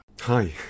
Hi